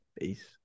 Peace